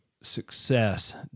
success